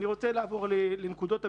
אני רוצה לעבור לנקודות הביקורת.